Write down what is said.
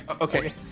Okay